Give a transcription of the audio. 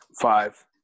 Five